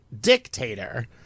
dictator